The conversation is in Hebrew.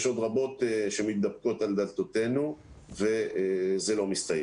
יש עוד רבות שמתדפקות על דלתותינו וזה לא מסתייע.